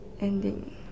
ending